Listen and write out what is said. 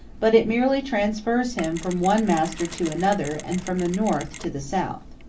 but it merely transfers him from one master to another, and from the north to the south.